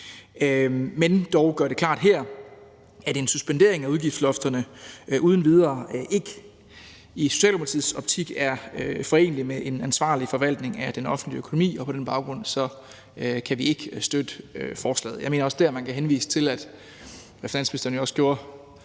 vil dog gøre det klart her, at en suspendering uden videre af udgiftslofterne ikke i Socialdemokratiets optik er foreneligt med en ansvarlig forvaltning af den offentlige økonomi. På den baggrund kan Socialdemokratiet ikke støtte beslutningsforslaget. Jeg mener også, at man her kan henvise til – hvilket finansministeren jo også gjorde